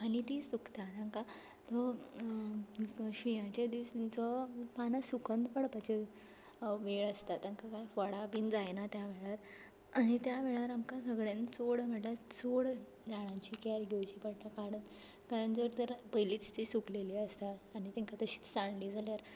आनी तीं सुकता तांकां तो शिंयाचे दीस तांचो पानां सुकून पडपाचे वेळ आसता तांकां कांय फळां बीन जायना त्या वेळार आनी त्या वेळार आमकां सगल्यांत चड म्हणल्यार चड झाडांची कॅर घेवची पडटा काडण कारण जर तर पयलींच तीं सुकलेलीं आसता आनी तांकां तशींच साणलीं जाल्यार